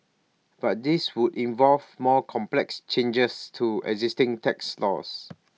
but this would involve more complex changes to existing tax laws